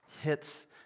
hits